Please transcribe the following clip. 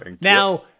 Now